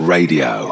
Radio